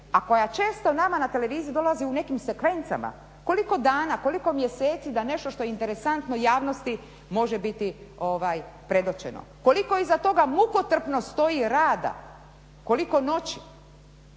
koja često nama na televiziji dolaze u nekim sekvencama. Koliko dana, koliko mjeseci da nešto što je interesantno javnosti može biti predočeno. Koliko iza toga mukotrpno stoji rada, koliko noći